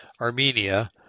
Armenia